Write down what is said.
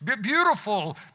beautiful